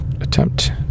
attempt